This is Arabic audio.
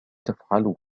تفعله